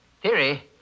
Theory